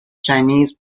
chinese